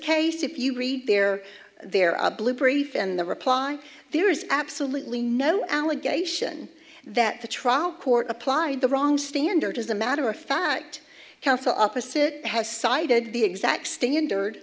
case if you read there there are blue brief and the reply there is absolutely no allegation that the trial court applied the wrong standard as a matter of fact counsel opposite has cited the exact standard